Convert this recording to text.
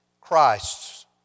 Christ's